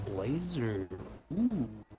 Blazer